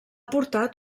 portat